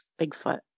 Bigfoot